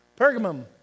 Pergamum